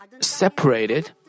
separated